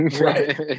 Right